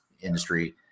industry